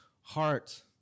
heart